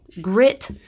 grit